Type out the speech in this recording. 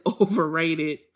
overrated